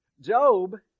Job